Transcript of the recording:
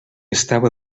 estava